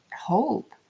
hope